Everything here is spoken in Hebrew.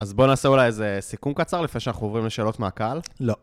אז בוא נעשה אולי איזה סיכום קצר לפני שאנחנו עוברים לשאלות מהקהל? לא.